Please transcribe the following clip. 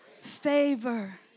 favor